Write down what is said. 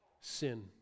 sin